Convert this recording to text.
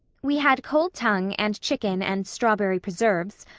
we had cold tongue and chicken and strawberry preserves,